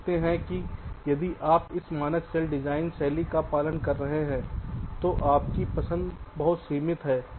आप देखते हैं कि यदि आप इस मानक सेल डिजाइन शैली का पालन कर रहे हैं तो आपकी पसंद बहुत सीमित है